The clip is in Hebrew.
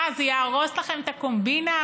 מה, זה יהרוס לכם את הקומבינה?